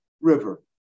river